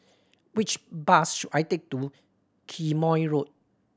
which bus should I take to Quemoy Road